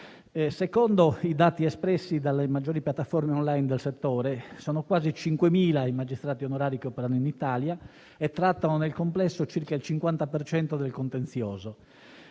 Secondo i dati espressi dalle maggiori piattaforme *online* del settore, sono quasi 5.000 i magistrati onorari che operano in Italia e trattano nel complesso circa il 50 per cento